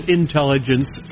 intelligence